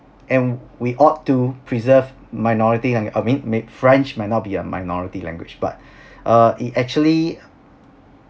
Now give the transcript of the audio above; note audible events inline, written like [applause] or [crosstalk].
and we ought to preserve minority lang~ I mean may french might not be a minority language but [breath] uh it actually